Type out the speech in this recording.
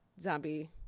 zombie